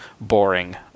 boring